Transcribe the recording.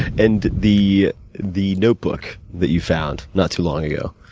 and, the the notebook that you found not too long ago?